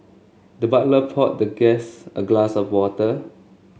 the butler poured the guest a glass of water